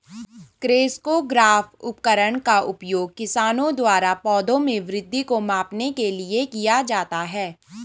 crescograph उपकरण का उपयोग किसानों द्वारा पौधों में वृद्धि को मापने के लिए किया जाता है